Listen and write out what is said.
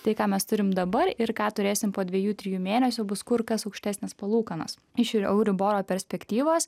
tai ką mes turim dabar ir ką turėsim po dviejų trijų mėnesių bus kur kas aukštesnės palūkanos iš euriboro perspektyvos